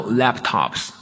laptops